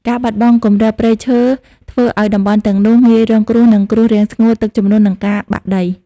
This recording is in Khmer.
ការបាត់បង់គម្របព្រៃឈើធ្វើឱ្យតំបន់ទាំងនោះងាយរងគ្រោះនឹងគ្រោះរាំងស្ងួត ទឹកជំនន់ និងការបាក់ដី។